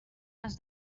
has